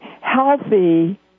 healthy